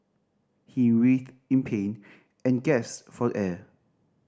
he writhed in pain and gasped for air